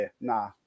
nah